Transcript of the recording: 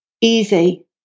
easy